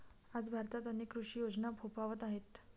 आज भारतात अनेक कृषी योजना फोफावत आहेत